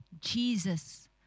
Jesus